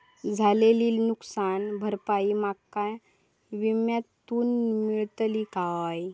झालेली नुकसान भरपाई माका विम्यातून मेळतली काय?